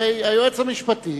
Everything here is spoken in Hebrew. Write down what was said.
הרי היועץ המשפטי